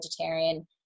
vegetarian